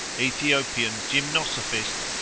ethiopian gymnosophist,